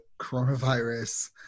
coronavirus